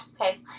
Okay